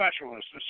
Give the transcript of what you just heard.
specialists